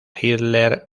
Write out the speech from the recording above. hitler